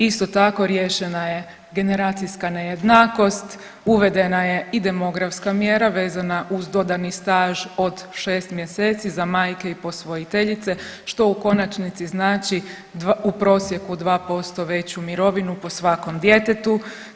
Isto tako riješena je generacijska nejednakost, uvedena je i demografska mjera vezana uz dodani staž od šest mjeseci za majke i posvojiteljice što u konačnici znači u prosjeku 2% veću mirovinu po svakom djetetu.